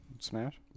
Smash